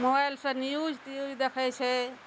mobile सऽ news त्यूज देखै छै